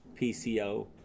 PCO